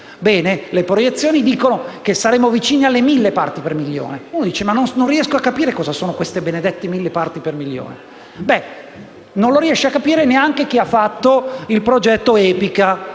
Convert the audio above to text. le proiezioni dicono che saremo vicini alle mille parti per milione. Ma qualcuno potrebbe dire che non riesce a capire che cosa siano queste benedette mille parti per milione. Non lo riesce a capire nemmeno chi ha fatto il progetto EPICA